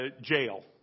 jail